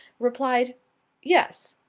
replied yes.